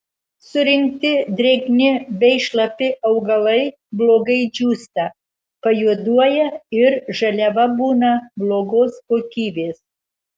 surinkti drėgni bei šlapi augalai blogai džiūsta pajuoduoja ir žaliava būna blogos kokybės